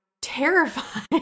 terrified